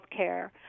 healthcare